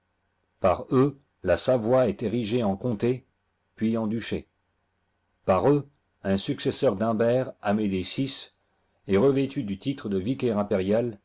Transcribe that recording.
par eux la savoie est érigée en comté puis en duché par eux un successeur d'humbcrt amédée vi est revêtu du titre de vicaire impérial